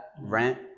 rent